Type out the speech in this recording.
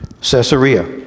Caesarea